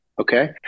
Okay